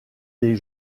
des